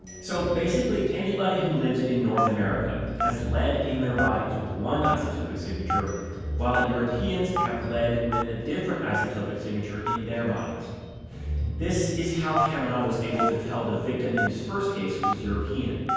so basically anyone who lives in north america has lead in their bodies with one isotopic signature while europeans have lead with a different isotopic signature in their bodies this is how kamenov was able to tell the victim in his first case was european.